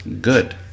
good